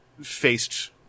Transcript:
faced